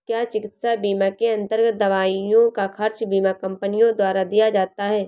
क्या चिकित्सा बीमा के अन्तर्गत दवाइयों का खर्च बीमा कंपनियों द्वारा दिया जाता है?